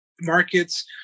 markets